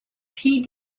pee